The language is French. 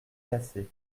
cassé